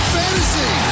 fantasy